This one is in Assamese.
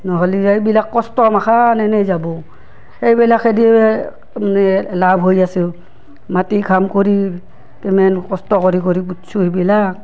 নহ'লে এইবিলাক কষ্টমখা এনে এনেই যাব সেইবিলাকে দিওঁ এই মানে লাভ হৈ আছেও মাটি কাম কৰি তেনেহেন কষ্ট কৰি কৰি কৰিছোঁ সেইবিলাক